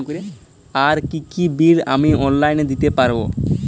আর কি কি বিল আমি অনলাইনে দিতে পারবো?